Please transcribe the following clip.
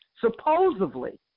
supposedly